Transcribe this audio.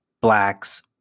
Blacks